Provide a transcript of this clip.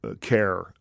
Care